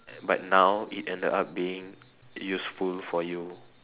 but now it ended up being useful for you